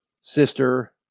sister